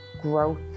growth